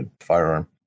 firearm